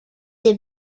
des